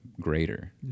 greater